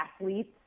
athletes